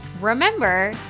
remember